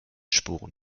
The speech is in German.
sporen